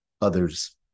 others